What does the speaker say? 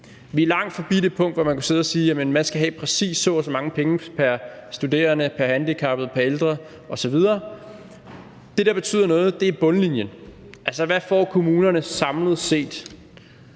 Vi er langt forbi det punkt, hvor man kan sidde og sige, at man skal have præcis så og så mange penge pr. studerende, pr. handicappet, pr. ældre osv. Det, der betyder noget, er bundlinjen, altså hvad kommunerne samlet set